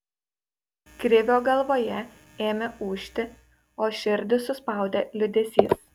krivio galvoje ėmė ūžti o širdį suspaudė liūdesys